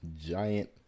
giant